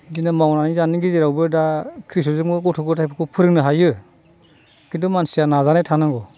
बिदिनो मावनानै जानायनि गेजेरावनो दा क्रिसकजोंबो गथ' गथायफोरखौ फोरोंनो हायो खिन्थु मानसिया नाजानाय थानांगौ